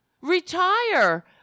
Retire